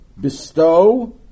Bestow